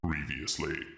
Previously